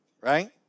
right